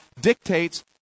dictates